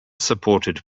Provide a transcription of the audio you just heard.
supported